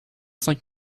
cinq